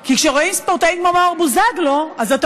כי כשרואים ספורטאים כמו מאור בוזגלו אז אתה